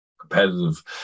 competitive